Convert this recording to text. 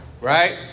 Right